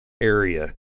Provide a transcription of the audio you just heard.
area